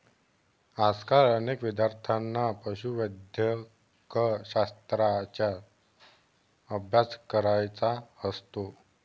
आजकाल अनेक विद्यार्थ्यांना पशुवैद्यकशास्त्राचा अभ्यास करायचा असतो